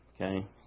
Okay